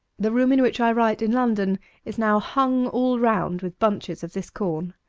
the room in which i write in london is now hung all round with bunches of this corn.